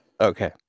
Okay